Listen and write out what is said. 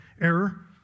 error